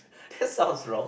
that sounds wrong